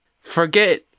forget